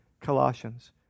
Colossians